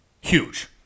Huge